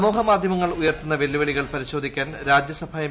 സമൂഹ മാധ്യമങ്ങൾ ഉയർത്തുന്ന വെല്ലുവിളികൾ പരിശോധിക്കാൻ ന് രാജ്യസഭാ എം